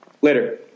Later